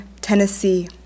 Tennessee